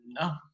No